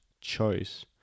choice